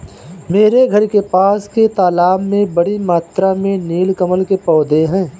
मेरे घर के पास के तालाब में बड़ी मात्रा में नील कमल के पौधें हैं